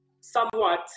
somewhat